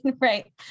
right